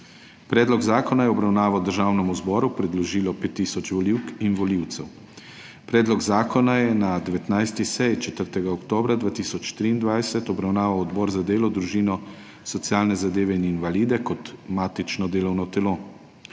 Predlog zakona je v obravnavo Državnemu zboru predložilo 5 tisoč volivk in volivcev. Predlog zakona je na 19. seji, 4. oktobra 2023, obravnaval Odbor za delo, družino, socialne zadeve in invalide kot matično delovno telo.